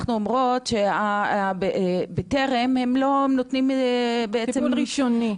אנחנו אומרות שבטר"ם הם לא נותנים בעצם --- טיפול ראשוני.